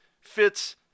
fits